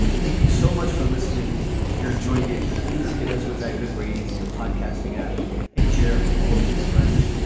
thank you so much for listening. if you're enjoying it, please hit us with that good rating in your podcasting app and share it with all of your friends.